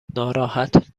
ناراحت